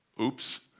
oops